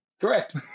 Correct